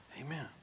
Amen